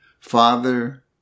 Father